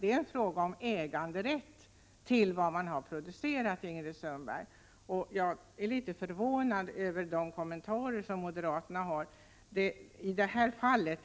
Det är fråga om äganderätt till vad man har producerat. Jag är litet förvånad över de kommentarer som moderaterna har i det här fallet.